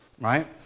right